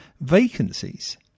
vacancies